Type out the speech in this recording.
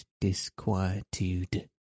disquietude